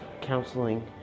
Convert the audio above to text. counseling